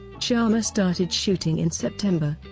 sharma started shooting in september.